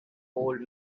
old